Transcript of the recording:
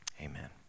Amen